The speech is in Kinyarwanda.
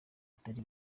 batari